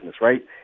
right